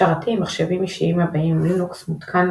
שרתים, מחשבים אישיים הבאים עם לינוקס מותקן